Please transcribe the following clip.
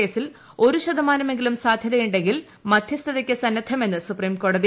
കേസിൽ ഒരു ശതമാനമെങ്കിലും സാധൃതയുണ്ടെങ്കിൽ മധ്യസ്ഥതയ്ക്ക് സന്നദ്ധമെന്ന് സുപ്രീംകോടതി